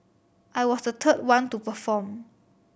I was the third one to perform